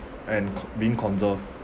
and co~ being conserved